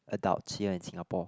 adults here in Singapore